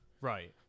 right